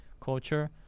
culture